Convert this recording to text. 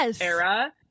era